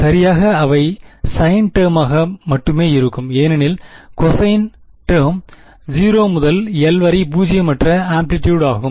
சரியாக அவை சைன் டெர்மாக மட்டுமே இருக்கும் ஏனெனில் கொசைன் டெர்ம்கள் 0 மற்றும் 1 ல் பூஜ்ஜியமற்ற ஆம்ப்ளிடியூட் ஆகும்